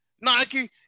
Nike